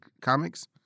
comics